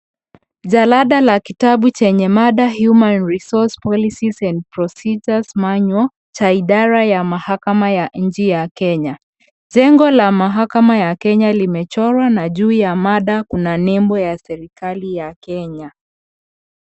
Jalada la kitabu chenye mada human resourse policies and procedures manual cha idara ya mahakama ya nchi ya Kenya. Jengo la mahakama ya kenya limechorwa na juu ya mada kuna nembo ya serikali ya Kenya .